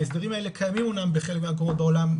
ההסדרים האלה קיימים בחלק מהמקומות בעולם,